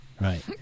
right